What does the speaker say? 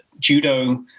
Judo